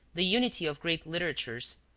the unity of great literatures,